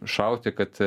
šauti kad